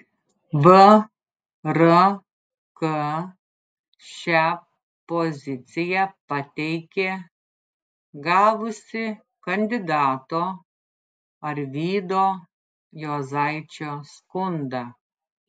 vrk šią poziciją pateikė gavusi kandidato arvydo juozaičio skundą